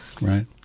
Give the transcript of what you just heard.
Right